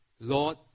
lord